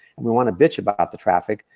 and we wanna bitch about the traffic,